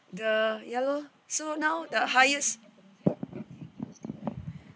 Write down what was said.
the ya lor so now the highest